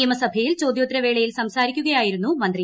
നിയമസഭയിൽ ചോദ്യോത്തരവേളയിൽ സംസാരിക്കുകയായിരുന്നു മന്ത്രി